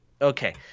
Okay